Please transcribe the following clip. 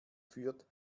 führt